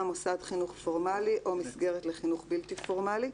מוסד חינוך פורמלי או מסגרת לחינוך בלתי פורמלי,